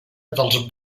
dels